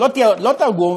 לא תרגום,